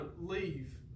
leave